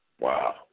Wow